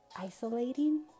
isolating